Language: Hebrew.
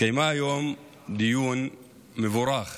התקיים היום דיון מבורך